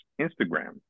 Instagram